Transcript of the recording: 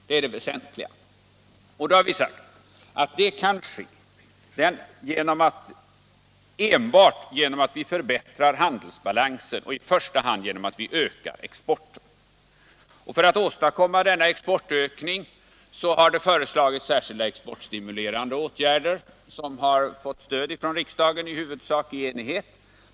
Det kan enbart ske genom att vi förbättrar handelsbalansen, i första hand genom att öka exporten. För att åstadkomma denna exportökning har det föreslagits särskilda exportstimulerande åtgärder som har fått stöd av denna riksdag, i huvudsak i enighet.